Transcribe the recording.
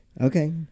okay